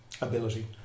ability